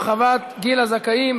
הרחבת גיל הזכאים),